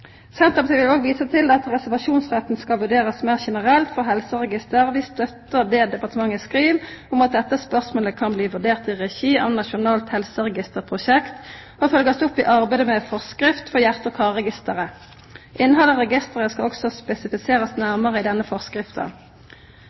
Senterpartiet vil også vise til at reservasjonsrett skal vurderast meir generelt for helseregister. Vi støttar det departementet skriv om at dette spørsmålet kan bli vurdert i regi av Nasjonalt helseregisterprosjekt og bli følgt opp i arbeidet med ei forskrift for hjarte- og karregisteret. Innhaldet i registeret skal også spesifiserast nærare i denne forskrifta.